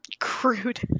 crude